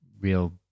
real